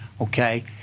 okay